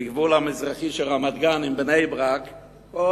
בגבול המזרחי של רמת-גן עם בני-ברק כל